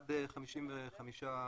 עד 55%,